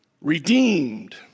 redeemed